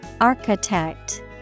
Architect